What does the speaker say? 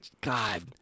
God